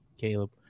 Caleb